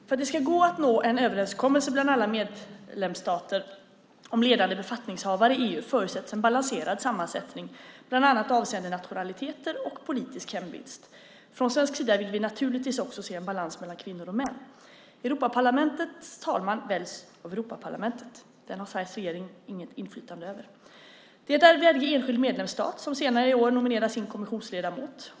För att det ska gå att nå en överenskommelse bland alla medlemsstater om ledande befattningshavare i EU förutsätts en balanserad sammansättning, bland annat avseende nationaliteter och politisk hemvist. Från svensk sida vill vi naturligtvis också se en balans mellan kvinnor och män. Europaparlamentets talman väljs av Europaparlamentet. Det har Sveriges regering inget inflytande över. Det är varje enskild medlemsstat som senare i år nominerar sin kommissionsledamot.